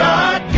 God